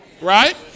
right